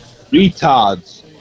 retards